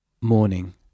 Morning